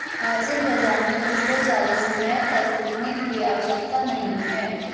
हाजिर बाजार में तुमको ज़्यादा समय तक रुकने की आवश्यकता नहीं है